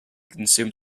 consume